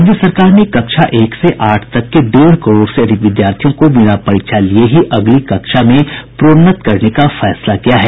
राज्य सरकार ने कक्षा एक से आठ तक के डेढ़ करोड़ से अधिक विद्यार्थियों को बिना परीक्षा लिये ही अगली कक्षा में प्रोन्नत करने का फैसला किया है